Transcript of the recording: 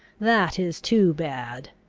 that is too bad.